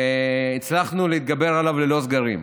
והצלחנו להתגבר עליו ללא סגרים.